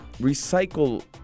recycle